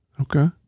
Okay